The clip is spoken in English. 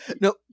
no